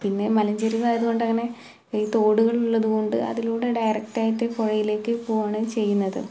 പിന്നെ മഞ്ചെരിവായതു കൊണ്ടങ്ങനെ ഈ തോടുകളുള്ളത് കൊണ്ട് അതിലൂടെ ഡയറക്റ്റായിട്ട് പുഴയിലേക്ക് പോകുകയാണ് ചെയ്യുന്നത്